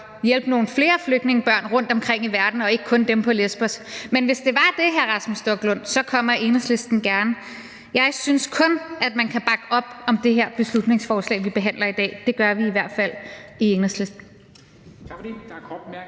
hjælpe nogle flere flygtningebørn rundtomkring i verden og ikke kun dem på Lesbos. Men hvis det var det, hr. Rasmus Stoklund, så kommer Enhedslisten gerne. Jeg synes kun, man kan bakke op om det her beslutningsforslag, vi behandler i dag. Det gør vi i hvert fald i Enhedslisten.